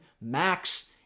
max